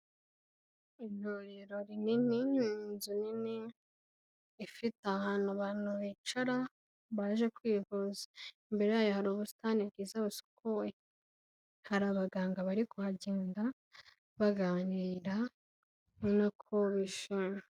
Ivuriro rinini, mu inzu nini ifite ahantu abantu bicara baje kwivuza, imbere yayo hari ubusitani bwiza busukuye, hari abaganga bari kuhagenda baganira ni nako bishimye.